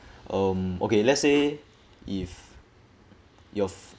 um okay let's say if your